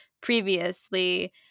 previously